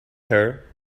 her